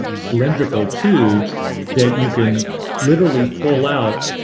ah cylindrical tubes that you can literally pull out